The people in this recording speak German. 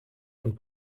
und